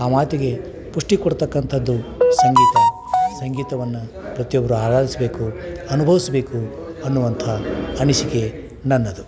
ಆ ಮಾತಿಗೆ ಪುಷ್ಟಿ ಕೊಡತಕ್ಕಂಥದ್ದು ಸಂಗೀತ ಸಂಗೀತವನ್ನು ಪ್ರತಿಯೊಬ್ಬರೂ ಆರಾಧಿಸಬೇಕು ಅನುಭವಿಸ್ಬೇಕು ಅನ್ನುವಂಥ ಅನಿಸಿಕೆ ನನ್ನದು